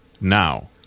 now